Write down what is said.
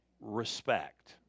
Respect